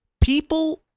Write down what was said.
people